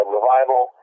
Revival